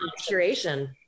curation